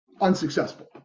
unsuccessful